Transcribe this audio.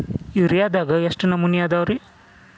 ಯೂರಿಯಾದಾಗ ಎಷ್ಟ ನಮೂನಿ ಅದಾವ್ರೇ?